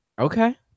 Okay